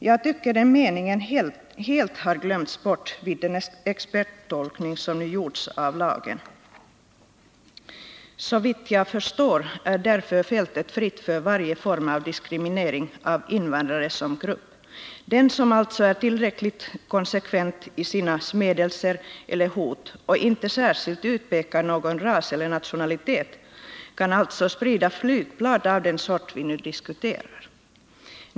Jag tycker att den meningen helt har glömts bort vid den experttolkning av lagen som nu gjorts. Såvitt jag förstår är därför fältet fritt för varje form av diskriminering av invandrare som grupp. Den som alltså är tillräckligt konsekvent i sina Nr 29 smädelser eller hot — och inte särskilt utpekar någon ras eller nationalitet — kan Torsdagen den alltså sprida flygblad av den sort vi nu diskuterar.